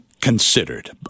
considered